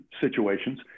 situations